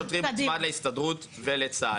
השכר של השוטרים מוצמד להסתדרות ולצה"ל.